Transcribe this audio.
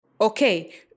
Okay